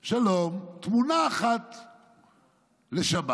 שלום, "תמונה אחת לשבת"